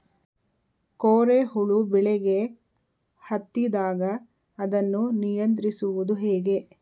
ಕೋರೆ ಹುಳು ಬೆಳೆಗೆ ಹತ್ತಿದಾಗ ಅದನ್ನು ನಿಯಂತ್ರಿಸುವುದು ಹೇಗೆ?